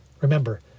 Remember